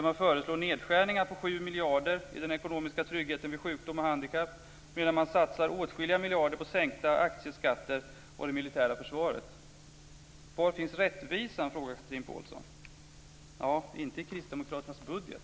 Man föreslår nedskärningar på 7 miljarder i den ekonomiska tryggheten vid sjukdom och handikapp medan man satsar åtskilliga miljarder på sänkta aktieskatter och det militära försvaret. Var finns rättvisan? frågar Chatrine Pålsson. Den finns i alla fall inte i kristdemokraternas budget.